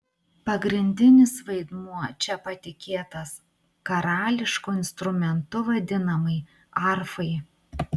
pagrindinis vaidmuo čia patikėtas karališku instrumentu vadinamai arfai